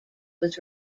was